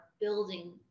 building